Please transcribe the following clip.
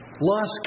lost